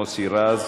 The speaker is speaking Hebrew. מוסי רז,